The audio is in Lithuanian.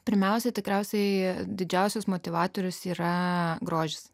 pirmiausia tikriausiai didžiausias motyvatorius yra grožis